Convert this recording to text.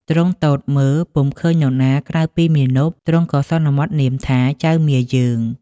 ទ្រង់ទតមើលពុំឃើញនរណាក្រៅពីមាណព ទ្រង់ក៏សន្មតនាមថា ចៅមាយើង។